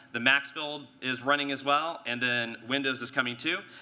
the mac's build is running, as well. and then windows is coming too.